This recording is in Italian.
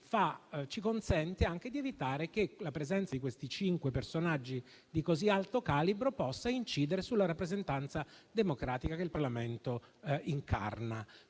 orgoglioso, e di evitare che la presenza di questi cinque personaggi di così alto calibro possa incidere sulla rappresentanza democratica che il Parlamento incarna.